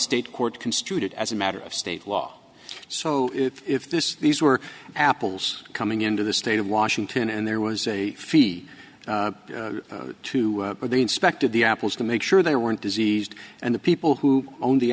state court construed as a matter of state law so if this these were apples coming into the state of washington and there was a fee to or they inspected the apples to make sure they weren't diseased and the people who owned the